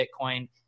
Bitcoin